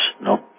no